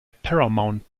paramount